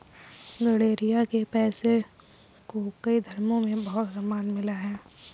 गरेड़िया के पेशे को कई धर्मों में बहुत सम्मान मिला है